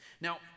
Now